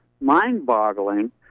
mind-boggling